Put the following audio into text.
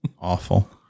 Awful